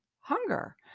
hunger